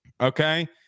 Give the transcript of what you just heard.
okay